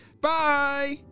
Bye